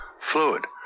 fluid